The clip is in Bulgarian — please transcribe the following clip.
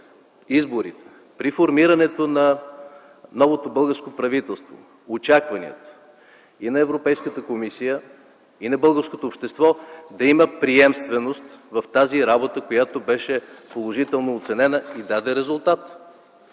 изборите, при формирането на новото българско правителство очакванията и на Европейската комисия, и на българското общество – да има приемственост в тази работа, която беше положително оценена и даде резултат,